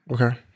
Okay